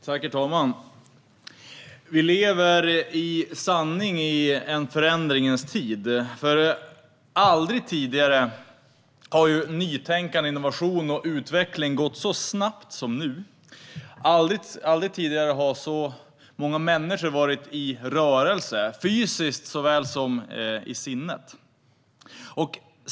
Herr talman! Vi lever i sanning i en förändringens tid. Aldrig tidigare har nytänkande, innovation och utveckling gått så snabbt som nu. Aldrig tidigare har så många människor varit i rörelse, såväl fysiskt som i sinnet.